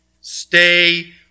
Stay